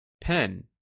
PEN